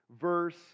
verse